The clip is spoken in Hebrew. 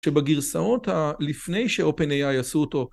שבגרסאות הלפני שאופן AI עשו אותו.